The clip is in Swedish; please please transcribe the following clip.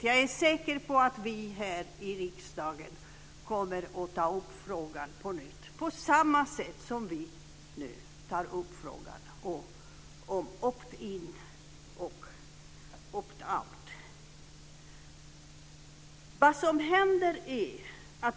Jag är säker på att vi här i riksdagen kommer att ta upp frågan på nytt, på samma sätt som vi nu tar upp frågan om opt in och opt out.